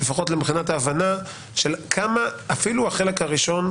לפחות מבחינת ההבנה כמה עד כמה החלק הראשון,